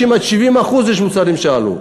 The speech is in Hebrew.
50%; עד 70% יש מוצרים שעלו.